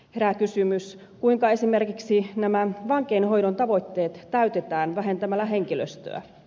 herää kysymys kuinka esimerkiksi nämä vankeinhoidon tavoitteet täytetään vähentämällä henkilöstöä